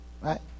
Right